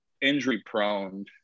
injury-prone